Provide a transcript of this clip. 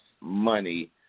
money